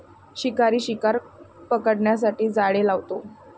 शिकारी शिकार पकडण्यासाठी जाळे लावतो